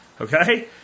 Okay